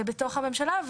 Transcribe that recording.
בתוך הממשלה.